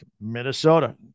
Minnesota